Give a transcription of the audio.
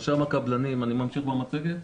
אני ממשיך במצגת?